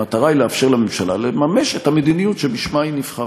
המטרה היא לאפשר לממשלה לממש את המדיניות שבשמה היא נבחרה.